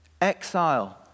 Exile